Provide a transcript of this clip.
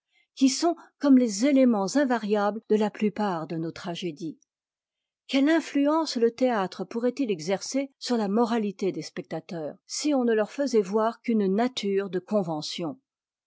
qui sont comme les éléments invariables de la plupart de nos tragédies quelle influence le théâtre pourrait-il exercer sur la moralité des spectateurs si l'on ne eur faisait voir qu'une nature de convention